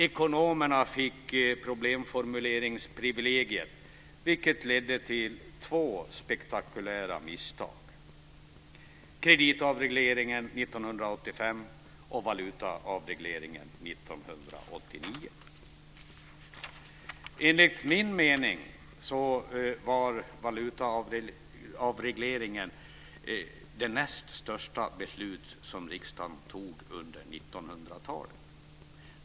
Ekonomerna fick problemformuleringsprivilegiet, vilket ledde till två spektakulära misstag, nämligen kreditavregleringen 1985 och valutaavregleringen Enligt min mening var valutaavregleringen det näst största beslut som riksdagen fattade under 1900 talet.